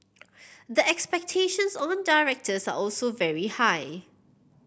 the expectations on directors are also very high